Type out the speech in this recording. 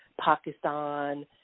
Pakistan